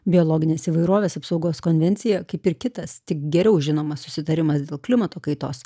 biologinės įvairovės apsaugos konvencija kaip ir kitas tik geriau žinomas susitarimas dėl klimato kaitos